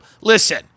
listen